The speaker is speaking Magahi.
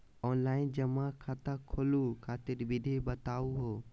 ऑनलाइन जमा खाता खोलहु खातिर विधि बताहु हो?